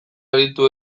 aritu